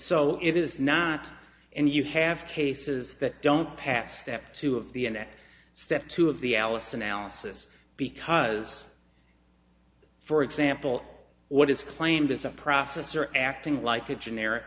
so it is not and you have cases that don't pass step two of the end step two of the alice analysis because for example what is claimed is a processor acting like a generic